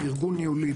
ארגון ניהולי,